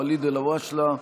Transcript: ואליד אלהואשלה,